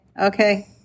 okay